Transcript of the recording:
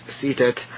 seated